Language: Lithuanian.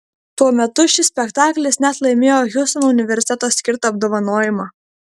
tuo metu šis spektaklis net laimėjo hjustono universiteto skirtą apdovanojimą